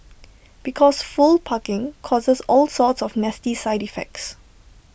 because full parking causes all sorts of nasty side effects